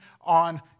on